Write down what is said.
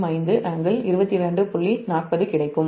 40 கிடைக்கும்